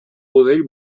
budell